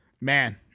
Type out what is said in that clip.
Man